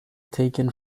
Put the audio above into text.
taken